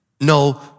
no